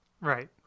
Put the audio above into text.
Right